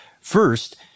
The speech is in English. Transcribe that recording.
First